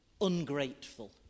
Ungrateful